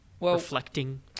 reflecting